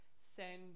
send